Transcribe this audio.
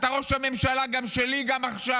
אתה ראש הממשלה גם שלי, גם עכשיו,